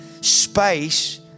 space